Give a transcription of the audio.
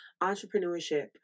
entrepreneurship